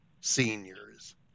Seniors